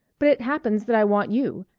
but it happens that i want you,